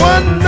One